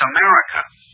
America